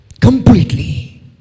completely